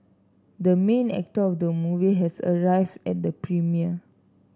the main actor of the movie has arrived at the premiere